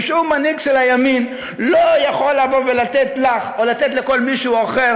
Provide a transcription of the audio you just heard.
ששום מנהיג של הימין לא יכול לתת לך או לתת למישהו אחר